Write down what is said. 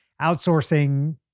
outsourcing